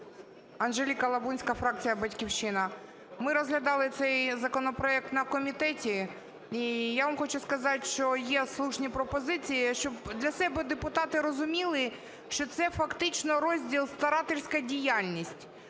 Анжеліка Лабунська, фракція "Батьківщина". Ми розглядали цей законопроект на комітеті. І я вам хочу сказати, що є слушні пропозиції. Щоб для себе депутати розуміли, що це фактично розділ "Старательська діяльність".